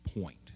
point